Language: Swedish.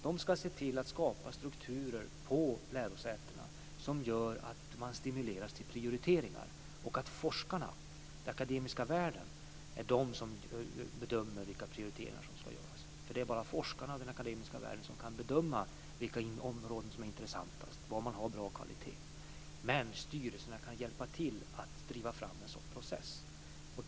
De ska se till att skapa strukturer på lärosätena som gör att man stimuleras till prioriteringar och att forskarna, den akademiska världen, är de som bedömer vilka prioriteringar som ska göras. Det är bara forskarna och den akademiska världen som kan bedöma vilka områden som är mest intressanta och var man har bra kvalitet. Men styrelserna kan hjälpa till att driva fram en sådan process.